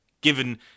Given